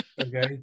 Okay